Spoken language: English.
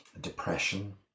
depression